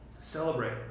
Celebrate